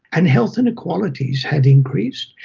and health inequalities had increased,